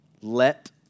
Let